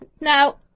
Now